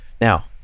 Now